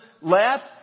left